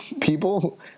people